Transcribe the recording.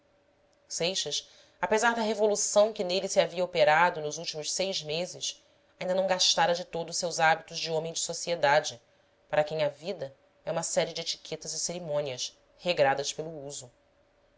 seixas apesar da revolução que nele se havia operado nos últimos seis meses ainda não gastara de todo seus hábitos de homem de sociedade para quem a vida é uma série de etiquetas e cerimônias regradas pelo uso